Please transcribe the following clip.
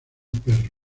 perro